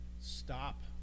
stop